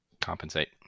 compensate